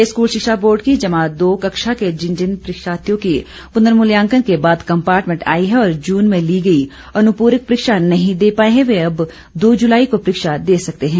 प्रदेश school शिक्षा board की जमा दो कक्षा के जिन जिन परीक्षार्थियों की पूर्नमूल्याकन के बाद कम्पार्टमैंट आई है और जून में ली गई अनूप्रक परीक्षा नहीं दे पाए है वे अब दो जुलाई को परीक्षा दे सकते है